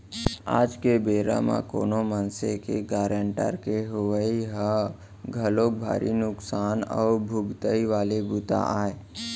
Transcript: आज के बेरा म कोनो मनसे के गारंटर के होवई ह घलोक भारी नुकसान अउ भुगतई वाले बूता आय